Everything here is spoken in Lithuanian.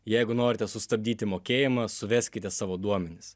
jeigu norite sustabdyti mokėjimą suveskite savo duomenis